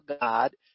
God